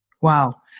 Wow